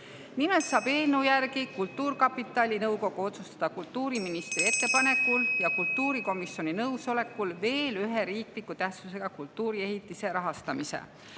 Nimelt saab eelnõu järgi kultuurkapitali nõukogu otsustada kultuuriministri (Juhataja helistab kella.) ettepanekul ja kultuurikomisjoni nõusolekul veel ühe riikliku tähtsusega kultuuriehitise rahastamise.